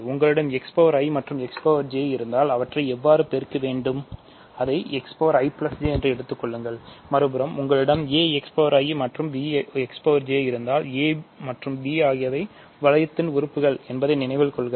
உங்களிடம் xi மற்றும் xj இருந்தால் அவற்றை எவ்வாறு பெருக்க வேண்டும் அதை xij என்று எடுத்துக் கொள்ளுங்கள்மறுபுறம் உங்களிடம் a xi மற்றும் b xj இருந்தால் a மற்றும் b ஆகியவைவளையத்தின் உறுப்புகள்என்பதை நினைவில் கொள்க